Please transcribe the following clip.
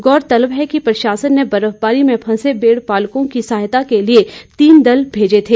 गौरतलब है कि प्रशासन ने बर्फबारी में फंसे भेड़ पालकों की सहायता के लिए तीन दल भेजे थे